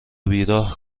بیراه